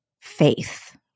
faith